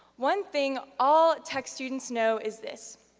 one thing all tech students know is this,